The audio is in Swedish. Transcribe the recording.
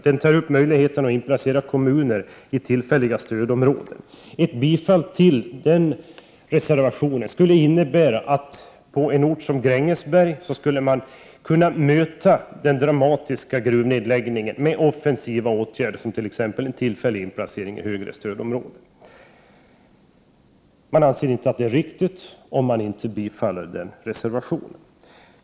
Där behandlas möjligheten att inplacera kommuner i tillfälliga stödområden. Ett bifall till den reservationen skulle innebära att man på en ort som Grängesberg skulle kunna möta den dramatiska gruvnedläggningen med offensiva åtgärder, t.ex. en tillfällig inplacering i högre stödområdesklass. Kammaren anser tydligen inte detta vara viktigt, eftersom den inte är beredd att bifalla reservationen.